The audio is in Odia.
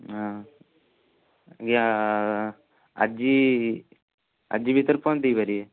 ହଁ ଆଜ୍ଞା ଆଜି ଆଜି ଭିତରେ ପହଞ୍ଚାଇ ପାରିବେ